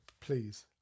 please